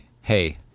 Hey